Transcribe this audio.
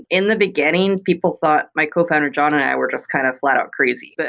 in the beginning people thought my cofounder, john, and i were just kind of flat-out crazy. but